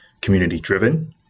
community-driven